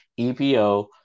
EPO